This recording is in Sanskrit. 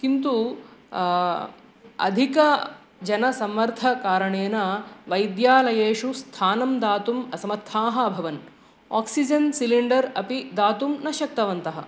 किन्तु अधिकजनसम्मर्धकारणेन वैद्यालयेषु स्थानं दातुम् असमर्थाः अभवन् आक्सिज़न् सिलिण्डर् अपि दातुं न शक्तवन्तः